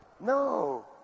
No